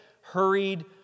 hurried